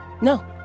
No